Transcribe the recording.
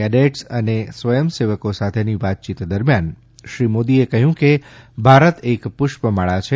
cadet અને સ્વંયસેવકો સાથેની વાતચીત દરમિયાન શ્રી મોદીએ કહ્યુંકે ભારત એક પુષ્પમાળા છે